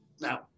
Now